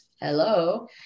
Hello